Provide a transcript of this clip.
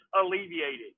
alleviated